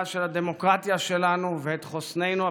של הדמוקרטיה שלנו ואת חוסננו הפנימי.